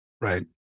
Right